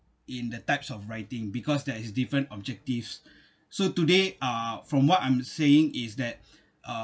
in the types of writing because there is different objectives so today uh from what I'm saying is that uh